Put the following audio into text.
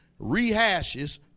rehashes